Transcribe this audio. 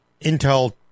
Intel